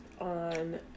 on